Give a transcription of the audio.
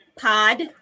pod